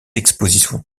expositions